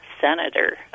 senator